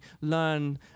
learn